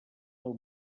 del